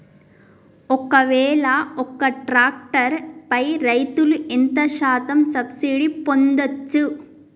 ఒక్కవేల ఒక్క ట్రాక్టర్ పై రైతులు ఎంత శాతం సబ్సిడీ పొందచ్చు?